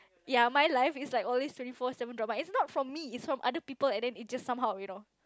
ya my life is like always twenty four seven drama it's not from me it's from other people and then it just somehow you know